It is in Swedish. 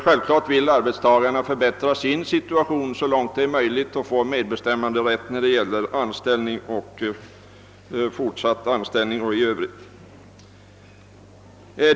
Självklart vill arbetstagarna förbättra sin situation så långt det är möjligt och få medbestämmanderätt när det gäller fortsatt anställning och andra förhållanden.